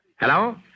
Hello